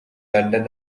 london